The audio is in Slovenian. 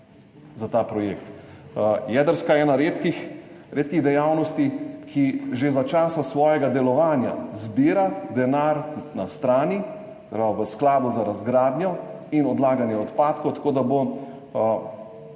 Jedrska je ena redkih dejavnosti, ki že za časa svojega delovanja zbirajo denar na strani, se pravi v skladu za razgradnjo in odlaganje odpadkov, tako da bo